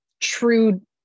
true